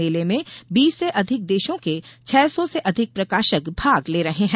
मेले में बीस से अधिक देशो के छह सौ से अधिक प्रकाशक भाग ले रहे हैं